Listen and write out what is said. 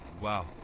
Wow